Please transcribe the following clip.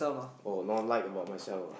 oh not like about myself ah